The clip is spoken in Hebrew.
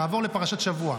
נעבור לפרשת שבוע.